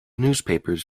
newspapers